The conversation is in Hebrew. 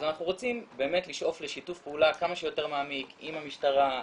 אז אנחנו רוצים באמת לשאוף לשיתוף פעולה כמה שיותר מעמיק עם המשטרה,